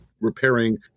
repairing